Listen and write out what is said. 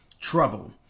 trouble